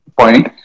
point